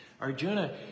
Arjuna